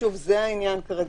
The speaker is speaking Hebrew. ששוב זה העניין כרגע,